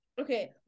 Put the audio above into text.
Okay